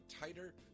tighter